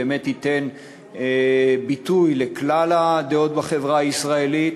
ובאמת ייתן ביטוי לכלל הדעות בחברה הישראלית.